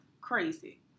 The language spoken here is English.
Crazy